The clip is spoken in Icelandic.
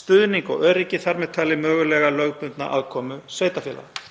stuðning og öryggi, þar með talið mögulega lögbundna aðkomu sveitarfélaga.